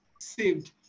saved